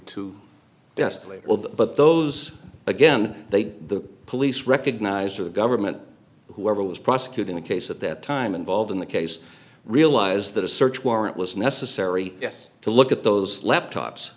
labeled but those again they the police recognized the government whoever was prosecuting the case at that time involved in the case realize that a search warrant was necessary to look at those laptops